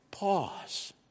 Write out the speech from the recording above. Pause